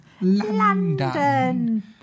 London